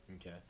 Okay